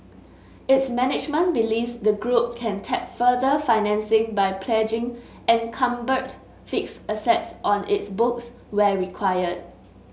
its management believes the group can tap further financing by pledging encumbered fixed assets on its books where required